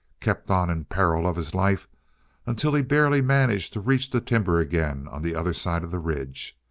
kept on in peril of his life until he barely managed to reach the timber again on the other side of the ridge.